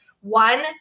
One